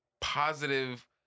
positive